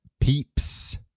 peeps